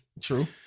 true